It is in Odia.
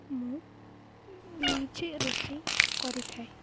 ମୁଁ ନିଜେ ରୋଷେଇ କରିଥାଏ